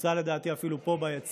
שנמצא לדעתי אפילו פה ביציע,